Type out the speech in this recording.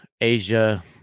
Asia